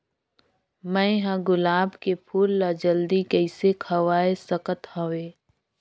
मैं ह गुलाब के फूल ला जल्दी कइसे खवाय सकथ हवे?